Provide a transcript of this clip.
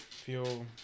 feel